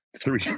three